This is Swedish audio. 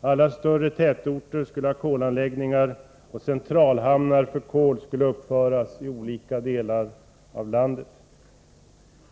Alla större tätorter skulle ha kolanläggningar, och centralhamnar för kol skulle uppföras i olika delar av landet.